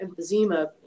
emphysema